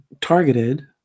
targeted